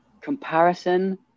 comparison